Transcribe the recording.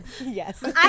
Yes